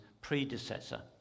predecessor